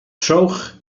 trowch